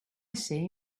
say